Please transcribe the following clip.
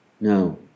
No